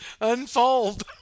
unfold